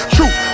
Truth